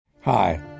Hi